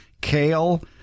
kale